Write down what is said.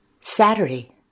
Saturday